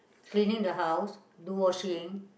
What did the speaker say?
cleaning the house do washing